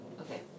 Okay